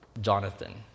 Jonathan